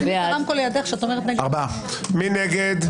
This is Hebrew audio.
מי נגד?